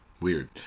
Weird